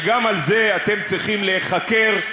וגם על זה אתם צריכים להיחקר,